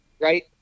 right